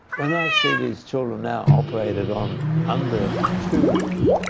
when i see these children now, operated on under two,